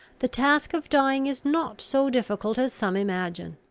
the task of dying is not so difficult as some imagine.